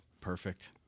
perfect